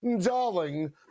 Darling